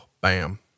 Bam